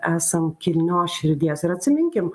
esam kilnios širdies ir atsiminkim